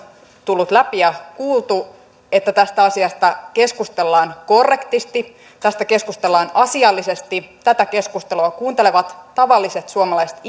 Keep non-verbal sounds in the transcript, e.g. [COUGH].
tullut läpi ja kuultu että tästä asiasta keskustellaan korrektisti tästä keskustellaan asiallisesti tätä keskustelua kuuntelevat tavalliset suomalaiset [UNINTELLIGIBLE]